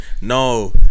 no